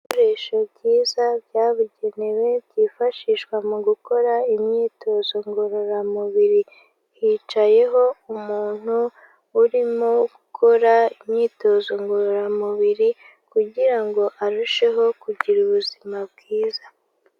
Ibikoresho byiza byabugenewe byifashishwa mu gukora imyitozo ngororamubiri. Hicayeho umuntu urimo gukora imyitozo ngororamubiri kugira ngo arusheho kugira ubuzima bwiza.